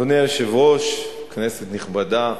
אדוני היושב-ראש, כנסת נכבדה,